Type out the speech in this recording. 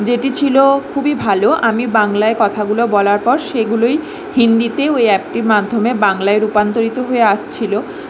যেটি ছিল খুবই ভালো আমি বাংলায় কথাগুলো বলার পর সেগুলোই হিন্দিতে ওই অ্যাপটির মাধ্যমে বাংলায় রূপান্তরিত হয়ে আসছিলো